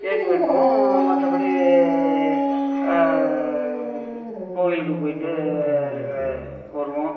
cake வெட்டுவோம் மற்றபடி கோவிலுக்கு போயிட்டு இதில் வருவோம்